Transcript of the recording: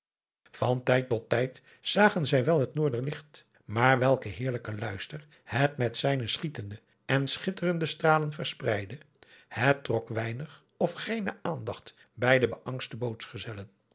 van tijd tot tijd zagen zij wel het noorderlicht maar welken heerlijken luister het met zijne schietende en schitterende stralen verspreidde het trok weinig of geene aandacht bij de beangste